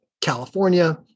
California